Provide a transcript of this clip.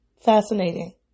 Fascinating